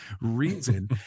reason